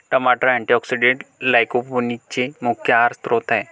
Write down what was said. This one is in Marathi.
टमाटर अँटीऑक्सिडेंट्स लाइकोपीनचे मुख्य आहार स्त्रोत आहेत